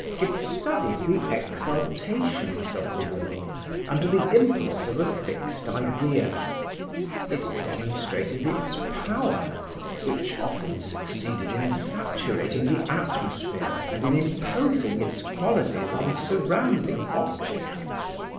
it studied the exaltations of the will under the impulse of a fixed idea it demonstrated its power which often succeeded in saturating the atmosphere and in imposing its qualities on surrounding objects.